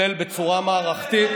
לטפל בצורה מערכתית,